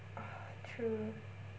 true